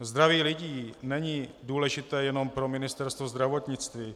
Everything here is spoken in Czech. Zdraví lidí není důležité jenom pro Ministerstvo zdravotnictví.